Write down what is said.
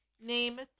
Name